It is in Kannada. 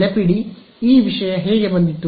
ನೆನಪಿಡಿ ಈ ವಿಷಯ ಹೇಗೆ ಬಂದಿತು